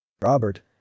Robert